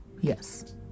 Yes